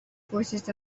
forces